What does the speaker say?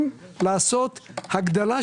מחכה.